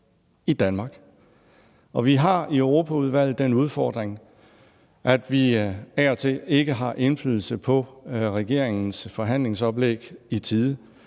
i Danmark. Og vi har i Europaudvalget den udfordring, at vi af og til ikke har indflydelse på regeringens forhandlingsoplæg i tide,